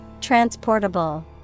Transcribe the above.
Transportable